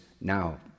now